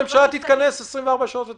הממשלה תתכנס תוך 24 שעות ותאשר,